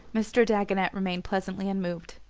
mr. dagonet remained pleasantly unmoved.